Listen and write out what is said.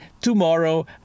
tomorrow